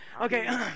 Okay